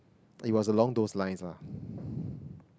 it was along those lines lah